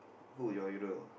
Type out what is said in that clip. who your hero